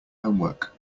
homework